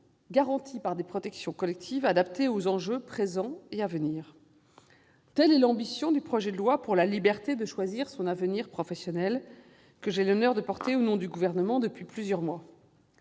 garantis par des protections collectives adaptées aux enjeux présents et à venir. Telle est l'ambition dont est porteur le projet de loi pour la liberté de choisir son avenir professionnel, texte que j'ai l'honneur de défendre, au nom du Gouvernement, depuis plusieurs mois.